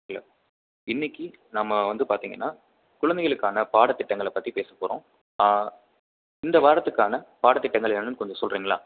hello இன்னைக்கு நம்ம வந்து பார்த்தீங்கன்னா குழந்தைகளுக்கான பாடத்திட்டங்களை பற்றி பேசப்போகிறோம் இந்த வாரத்துக்கான பாடத்திட்டங்கள் என்னென்னன்னு கொஞ்சம் சொல்கிறிங்களா